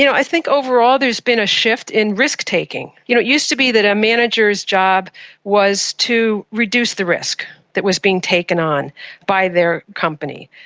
you know i think overall there has been a shift in risk-taking. you know it used to be that a manager's job was to reduce the risk that was being taken on by their company,